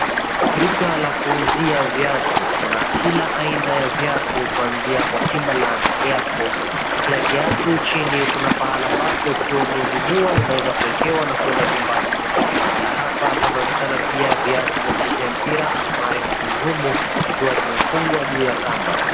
Duka la kuuzia viatu, kuna kila aina ya vitatu kuanzia kwa Timberland , Air Force na kila kiatu chini kuna pahala pake ukiwa umenunua unaweza kuwekewa na kuenda nyumbani. Pahala hapa panaonekana pia viatu ya kuchezea mpira almari "njumu" zikiwa zimefungwa juu ya kamba.